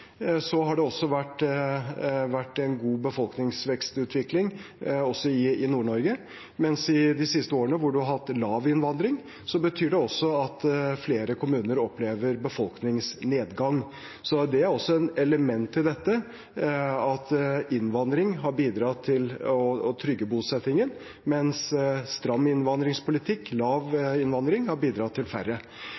har hatt høy innvandring, har det vært en god befolkningsvekstutvikling også i Nord-Norge, mens i de siste årene, hvor man har hatt lav innvandring, betyr det også at flere kommuner opplever befolkningsnedgang. Det er også et element i dette, at innvandring har bidratt til å trygge bosettingen, mens stram innvandringspolitikk, lav